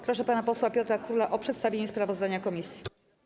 Proszę pana posła Piotra Króla o przedstawienie sprawozdania komisji.